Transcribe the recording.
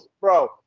Bro